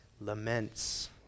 laments